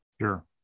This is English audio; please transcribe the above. sure